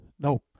No